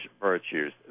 virtues